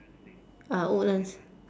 uh woodlands